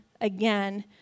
again